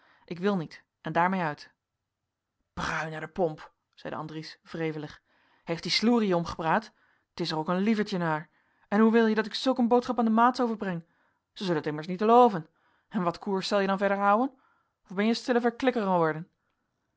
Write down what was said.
ik wil niet en daarmee uit brui naar de pomp zeide andries wrevelig heeft die sloerie je omgepraat t is er ook een lievertje naar en hoe wil je dat ik zulk een boodschap an de maats overbreng zij zullen het immers niet elooven en wat koers zel je dan verder houen of ben je een stille verklikker eworden